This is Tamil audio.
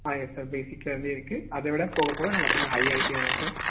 ஆ எஸ் சார் பேசிக்காகவே இருக்குது அதைவிட போக போக நம்ம கொஞ்சம் ஹை ஆகிட்டே வருவோம் சார்